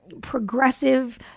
progressive